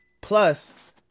Plus